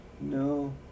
no